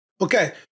Okay